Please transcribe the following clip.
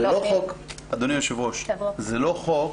אדוני היושב-ראש, זה לא חוק